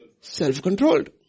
self-controlled